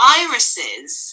irises